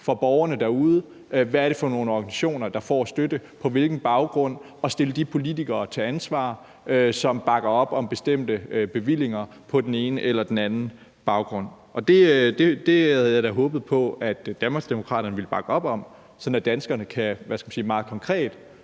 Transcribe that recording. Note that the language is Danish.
for borgerne derude, hvad det er for nogle organisationer, der får støtte, og på hvilken baggrund, og så stille de politikere, som bakker op om bestemte bevillinger på den ene eller den anden baggrund, til ansvar. Det havde jeg da håbet på at Danmarksdemokraterne ville bakke op om, sådan at danskerne,